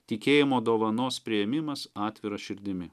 tikėjimo dovanos priėmimas atvira širdimi